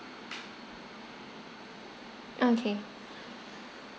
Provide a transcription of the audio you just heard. okay